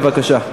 בבקשה.